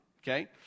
Okay